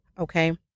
Okay